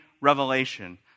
revelation